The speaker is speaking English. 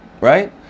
right